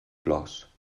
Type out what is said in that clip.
plors